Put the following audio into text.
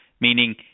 meaning